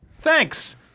thanks